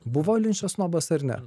buvo linčas snobas ar ne